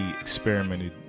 experimented